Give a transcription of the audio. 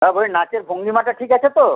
হ্যাঁ বলি নাচের ভঙ্গিমাটা ঠিক আছে তো